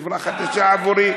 חברה חדשה עבורי.